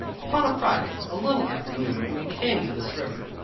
upon a friday, a little after noon, we came to this river.